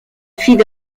fille